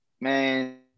man